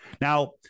Now